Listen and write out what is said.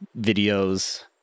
videos